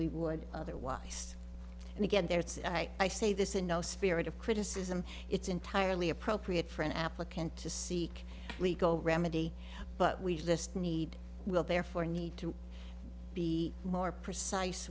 we would otherwise and again there it's i say this in no spirit of criticism it's entirely appropriate for an applicant to seek legal remedy but we just need will therefore need to be more precise